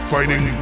Fighting